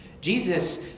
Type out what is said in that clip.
Jesus